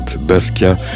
Basquiat